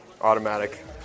automatic